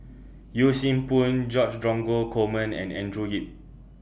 Yee Siew Pun George Dromgold Coleman and Andrew Yip